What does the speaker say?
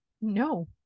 No